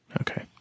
Okay